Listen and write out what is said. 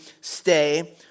stay